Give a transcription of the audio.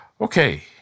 Okay